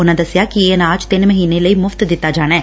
ਉਨੂਂ ਦਸਿਆ ਕਿ ਇਹ ਅਨਾਜ ਤਿੰਨ ਮਹੀਨੇ ਲਈ ਮੁਫ਼ਤ ਦਿੱਤਾ ਜਾਣਾ ਐ